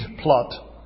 plot